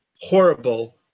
horrible